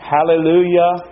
Hallelujah